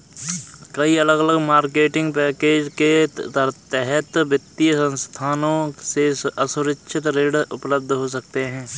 कई अलग अलग मार्केटिंग पैकेज के तहत वित्तीय संस्थानों से असुरक्षित ऋण उपलब्ध हो सकते हैं